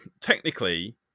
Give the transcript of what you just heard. technically